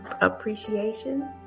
appreciation